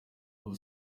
ubu